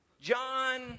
John